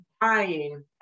buying